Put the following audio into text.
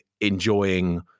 enjoying